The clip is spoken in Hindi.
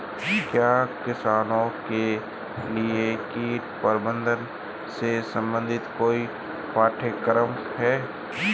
क्या किसानों के लिए कीट प्रबंधन से संबंधित कोई पाठ्यक्रम है?